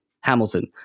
Hamilton